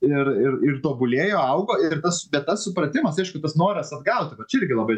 ir ir ir tobulėjo augo ir tas bet tas supratimas aišku tas noras atgauti va čia irgi labai